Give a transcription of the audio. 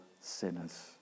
sinners